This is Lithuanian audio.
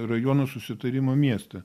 rajuonų susitarimo mieste